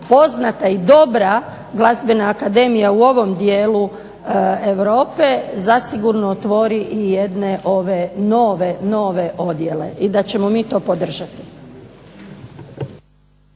poznata i dobra glazbena akademija u ovom dijelu Europe zasigurno otvori i jedne ove nove odjela i da ćemo mi to podržati.